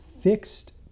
fixed